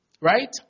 Right